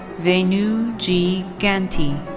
venu g ganti.